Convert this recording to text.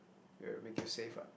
will make you safe [what]